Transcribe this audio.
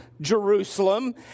Jerusalem